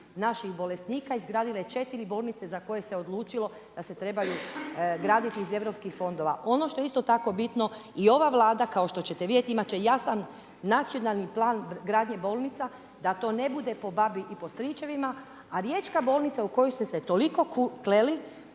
naših bolesnika izgradile 4 bolnice za koje se odlučilo da se trebaju graditi iz europskih fondova. Ono što je isto tako bitno i ova Vlada kao što ćete vidjeti imati će jasan nacionalni plan gradnje bolnica da to ne bude po babi i po stričevima a riječka bolnica u koju ste se toliko kleli